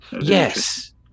Yes